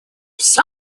все